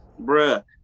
Bruh